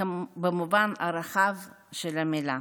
במובן הרחב של המילה.